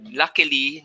luckily